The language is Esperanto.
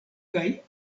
kaj